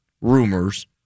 rumors